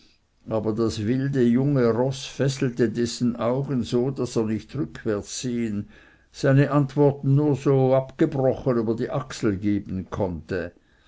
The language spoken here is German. aber das wilde junge roß fesselte dessen augen so daß er nicht rückwärtssehen seine antworten nur so abgebrochen über die achsel geben konnte